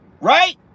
right